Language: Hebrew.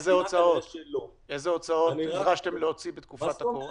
איזה הוצאות נדרשתם להוציא בתקופת הקורונה?